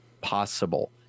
possible